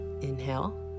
inhale